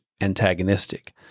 antagonistic